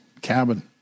cabin